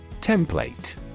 Template